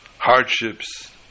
hardships